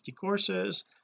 courses